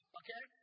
okay